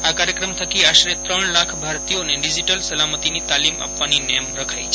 આ કાર્યક્રમ થકી આશરે ત્રણ લાખ ભારતીયોને ડિજીટલ સલામતીની તાલીમ આપવાની નેમ રખાઈ છે